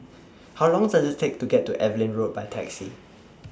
How Long Does IT Take to get to Evelyn Road By Taxi